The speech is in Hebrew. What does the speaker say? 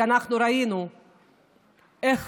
כי ראינו איך